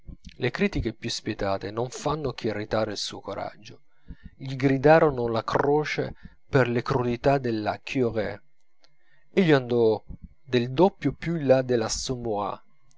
le critiche più spietate non fanno che irritare il suo coraggio gli gridarono la croce per le crudità della curée egli andò del doppio più in là